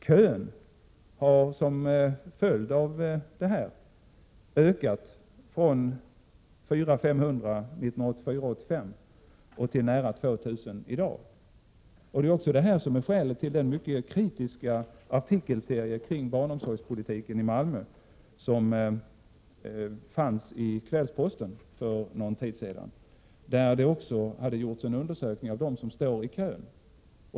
Kön har som följd av det ökat från 400—500 år 1984-1985 till nära 2 000 i dag. Det är också det som är skälet till den mycket kritiska artikelserie kring barnomsorgspolitiken i Malmö som publicerades i Kvällsposten för någon tid sedan. Där hade det också gjorts en undersökning av dem som står i kön.